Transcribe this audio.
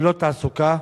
ללא תעסוקה,